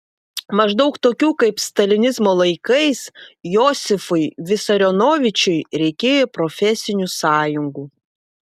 maždaug tokių kaip stalinizmo laikais josifui visarionovičiui reikėjo profesinių sąjungų